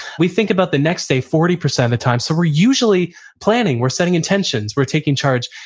we think about the next day forty percent of the time, so we're usually planning, we're setting intentions, we're taking charge.